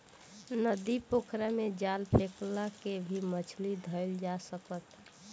नदी, पोखरा में जाल फेक के भी मछली धइल जा सकता